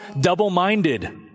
double-minded